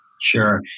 Sure